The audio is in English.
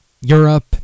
Europe